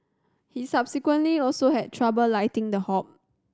he subsequently also had trouble lighting the hob